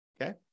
Okay